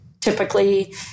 Typically